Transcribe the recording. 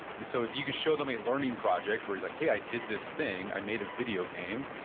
and so if you can show them a learning project, where you're like, hey, i did this thing. i made a video game,